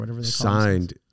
signed